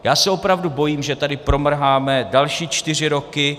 Já se opravdu bojím, že tady promrháme další čtyři roky.